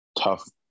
tough